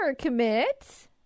commit